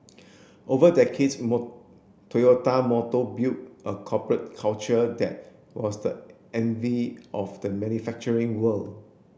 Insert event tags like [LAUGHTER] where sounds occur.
over decades [UNINTELLIGIBLE] Toyota Motor built a corporate culture that was the envy of the manufacturing world